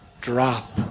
drop